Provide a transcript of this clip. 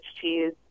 cheese